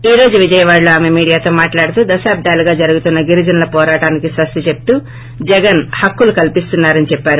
ఈ రోజు విజయవాడలో ఆమె మీడియాతో మాట్లాడుతూ దశాబ్దాలుగా జరుగుతున్న గిరిజనుల పోరాటానికి స్వస్తి చెప్తూ జగన్ హక్కులు కల్పిస్తున్నారని చెప్పారు